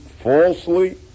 falsely